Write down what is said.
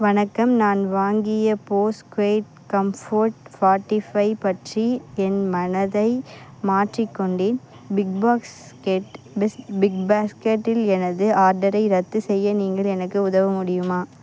வணக்கம் நான் வாங்கிய Bose quiet comfort forty five பற்றி என் மனதை மாற்றிக் கொண்டேன் பிக் பாஸ்கெட் பிஸ் பிக்பாஸ்கெட்டில் எனது ஆர்டரை ரத்து செய்ய நீங்கள் எனக்கு உதவ முடியுமா